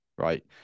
right